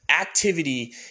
Activity